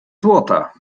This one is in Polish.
złota